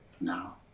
Now